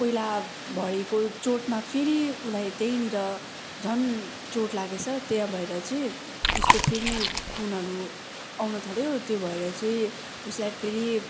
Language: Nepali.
पैला भएको चोटमा फेरि उलाई त्यैनिर झन चोट लागेछ त्यै भएरचैँ उसको फेरि खुनहरू आउन थाल्यो त्यो भएरचैँ उसलाई फेरि हस्पिटल